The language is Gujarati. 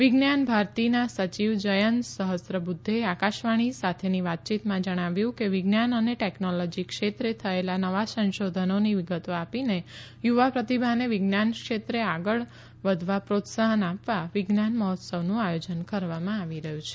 વિજ્ઞાન ભારતીના સચિવ જયંત સફશ્રબુધ્ધેએ આકાશવાણી સાથેની વાતયીતમાં જણાવ્યું હતું કે વિજ્ઞાન અને ટેકનોલોજી ક્ષેત્રે થયેલા નવા સંશોધનોની વિગતો આપીને યુવા પ્રતિભાને વિજ્ઞાન ક્ષેત્રે આગળ વધવા પ્રોત્સાહન આપવા વિજ્ઞાન મહોત્સવનું આયોજન કરવામાં આવી રહ્યું છે